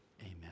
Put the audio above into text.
Amen